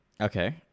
Okay